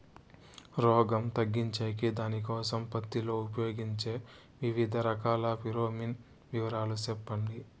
రోగం తగ్గించేకి దానికోసం పత్తి లో ఉపయోగించే వివిధ రకాల ఫిరోమిన్ వివరాలు సెప్పండి